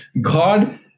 God